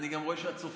אני גם רואה שהצופים,